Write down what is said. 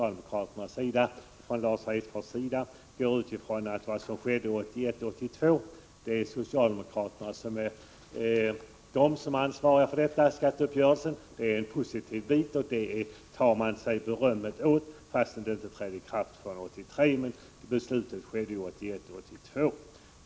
Lars Hedfors utgår från att för skatteuppgörelsen 1981 82.